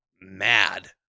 mad